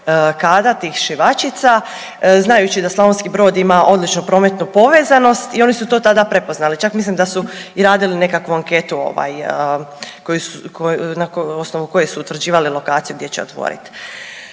kadra, tih šivaćica, znajući da Slavonski Brod ima odličnu prometnu povezanost i oni su to tada prepoznali, čak mislim da su radili i nekakvu anketu ovaj koju, na osnovu koje su utvrđivali lokaciju gdje će otvorit.